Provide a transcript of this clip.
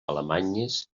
alemanyes